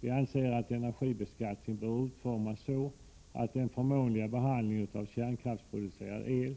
Vi anser att energibeskattningen bör utformas så, att den förmånliga behandling som kärnkraftsproducerad el